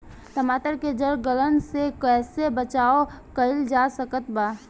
टमाटर के जड़ गलन से कैसे बचाव कइल जा सकत बा?